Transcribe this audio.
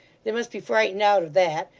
they must be frightened out of that.